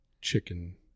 chicken